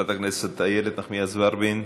חברת הכנסת איילת נחמיאס ורבין,